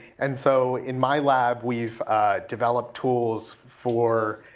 and so in my lab we've developed tools for